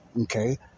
Okay